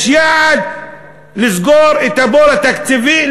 יש יעד לסגור את הבור התקציבי,